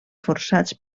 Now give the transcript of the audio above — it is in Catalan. forçats